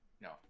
No